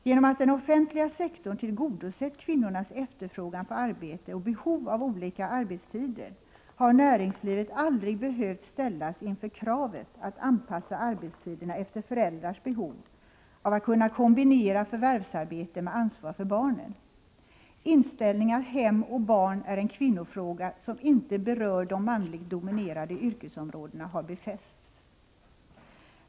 Genom att den offentliga sektorn tillgodosett kvinnornas efterfrågan på arbete och behov av olika arbetstider, har näringslivet aldrig behövt ställas inför kravet att anpassa arbetstiderna efter föräldrars behov av att kunna kombinera förvärvsarbete med ansvar för barnen. Inställningen att hem och barn är en kvinnofråga som inte berör de manligt dominerade yrkesområdena har befästs.